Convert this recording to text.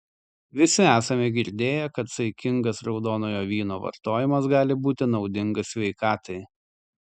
visi esame girdėję kad saikingas raudonojo vyno vartojimas gali būti naudingas sveikatai